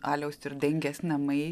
aliaus ir dangės namai